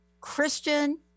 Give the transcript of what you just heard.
Christian